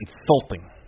insulting